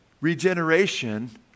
regeneration